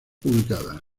publicadas